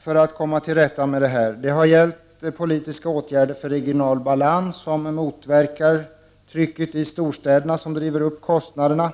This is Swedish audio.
för att komma till rätta med utvecklingen på detta område. Vi har begärt politiska åtgärder för regional balans, åtgärder som motverkar trycket i storstäderna, vilket driver upp kostnaderna.